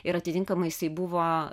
ir atitinkamai jisai buvo